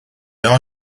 are